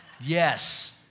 Yes